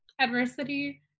adversity